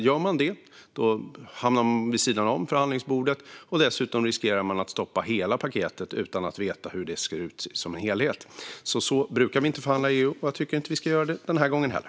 Gör man det hamnar man vid sidan om förhandlingsbordet, och dessutom riskerar man att stoppa hela paketet utan att veta hur det ser ut som helhet. Så brukar vi inte förhandla i EU, och jag tycker inte att vi ska göra det den här gången heller.